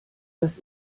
das